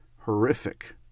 horrific